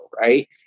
right